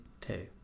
two